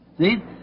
See